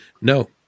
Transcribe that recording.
No